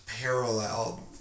parallel